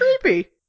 creepy